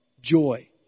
joy